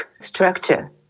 structure